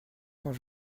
quand